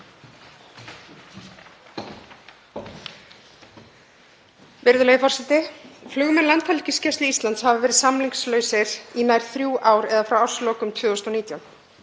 Virðulegur forseti. Flugmenn Landhelgisgæslu Íslands hafa verið samningslausir í nær þrjú ár eða frá árslokum 2019.